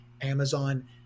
Amazon